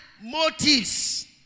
motives